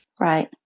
Right